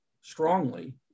strongly